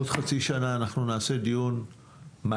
בעוד חצי שנה אנחנו נעשה דיון מעקב.